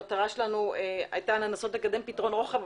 המטרה שלנו הייתה לנסות לקדם פתרון רוחב,